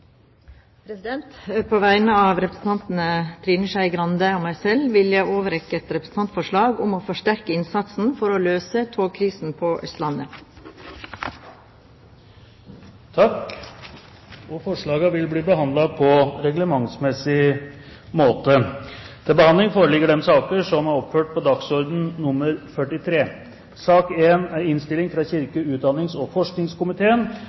På vegne av representanten Trine Skei Grande og meg selv vil jeg overrekke et representantforslag om forsterket innsats for å løse togkrisen på Østlandet. Forslagene vil bli behandlet på reglementsmessig måte. Etter ønske fra kirke-, utdannings- og forskningskomiteen vil presidenten foreslå at taletiden begrenses til 40 minutter og fordeles med inntil 5 minutter til hvert parti og